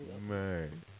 Man